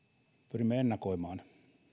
pyrimme ennakoimaan niin kuin